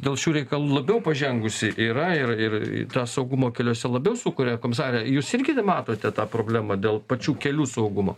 dėl šių reikalų labiau pažengusi yra ir ir tą saugumo keliuose labiau sukuria komisare jūs irgi matote tą problemą dėl pačių kelių saugumo